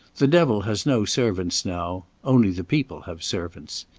the devil has no servants now only the people have servants.